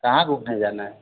कहाँ घूमने जाना है